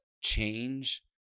change